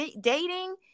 dating